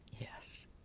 Yes